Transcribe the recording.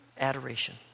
adoration